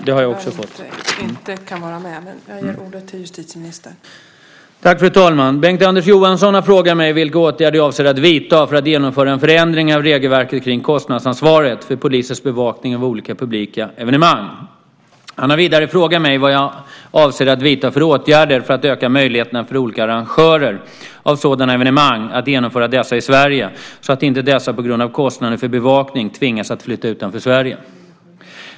Fru talman! Bengt-Anders Johansson har frågat mig vilka åtgärder jag avser att vidta för att genomföra en förändring av regelverket kring kostnadsansvaret för polisens bevakning av olika publika evenemang. Han har vidare frågat mig vad jag avser att vidta för åtgärder för att öka möjligheterna för olika arrangörer av sådana evenemang att genomföra dessa i Sverige, så att inte dessa på grund av kostnader för bevakning tvingas att flytta utanför Sverige.